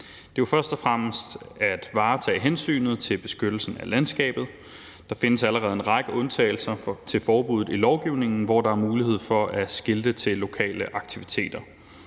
Det er jo først og fremmest for at varetage hensynet til beskyttelsen af landskabet. Der findes allerede en række undtagelser fra forbuddet i lovgivningen, der således giver mulighed for at skilte til lokale aktiviteter.